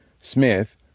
Smith